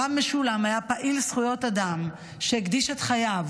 הרב משולם היה פעיל זכויות אדם שהקדיש את חייו